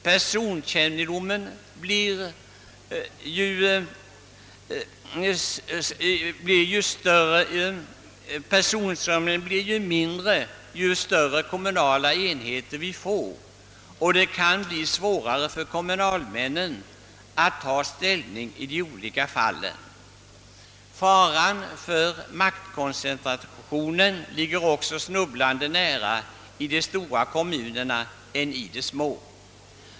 Personkännedomen blir mindre ju större "kommunala enheter vi får, och det kan bli svårare för kommunalmännen att ta ställning i de olika fallen. Faran för maktkoncentration är också större i stora kommuner än i små.